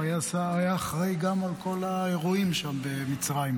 הוא היה אחראי גם על כל האירועים שם, במצרים.